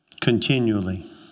Continually